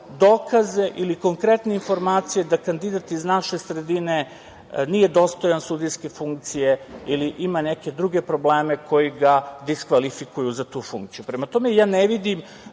dokaze ili konkretne informacije da kandidat iz naše sredine nije dostojan sudijske funkcije ili ima neke druge probleme koji ga diskvalifikuju za tu funkciju. Prema tome, ja ne vidim